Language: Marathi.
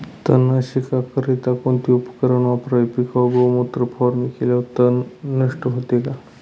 तणनाशकाकरिता कोणते उपकरण वापरावे? पिकावर गोमूत्र फवारणी केल्यावर तण नष्ट होते का?